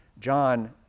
John